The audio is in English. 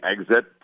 exit